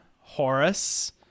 Horus